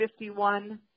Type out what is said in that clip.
51